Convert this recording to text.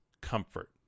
comfort